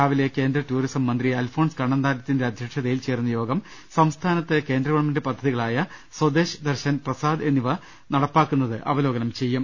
രാവിലെ കേന്ദ്ര ടൂറിസം മന്ത്രി അൽഫോൻസ് കണ്ണ ന്താനത്തിന്റെ അദ്ധ്യക്ഷതയിൽ ചേരുന്ന യോഗം സംസ്ഥാനത്ത് കേന്ദ്ര ഗവൺമെന്റ് പദ്ധതികളായ സ്വദേശ് ദർശൻ പ്രസാദ് എന്നിവ നടപ്പാ ക്കുന്നത് അവലോകനം ചെയ്യും